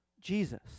Jesus